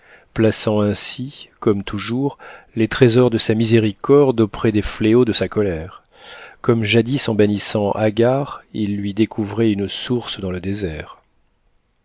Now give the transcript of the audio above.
plaçant ainsi comme toujours les trésors de sa miséricorde auprès des fléaux de sa colère comme jadis en bannissant agar il lui découvrait une source dans le désert